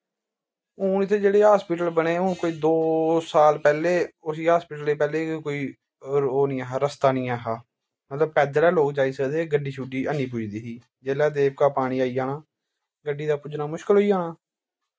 हून जेह्ड़े इत्थें हस्पिटल बने हे कोई दो साल पैह्ले उसी हस्पिटले पैह्ले बी कोई ओह् नी ऐहा रस्ता नी ऐहा मतलव पैद्दल गै लोग जाई सकदे हे गड्डी शुड्डी ऐनी पुजदी ही जिसलै देवका पानी आई जाना गड्डी दा पुज्जना मुश्कल होई जाना